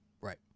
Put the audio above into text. Right